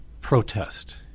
protest